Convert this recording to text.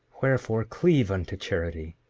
wherefore, cleave unto charity,